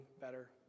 better